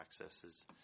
accesses